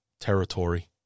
territory